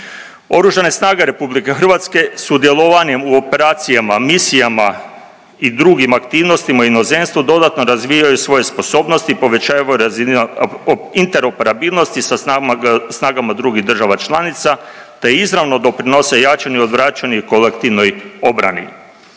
Oružane snage RH sudjelovanjem u operacijama, misijama i drugim aktivnostima u inozemstvu dodatno razvijaju svoje sposobnosti i povećavaju razinu interoperabilnosti sa snagama drugih država članica te izravno doprinose jačanju i odvraćanju i kolektivnoj obrani.